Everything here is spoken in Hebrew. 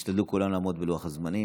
השתדלו כולם לעמוד בלוח הזמנים,